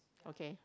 okay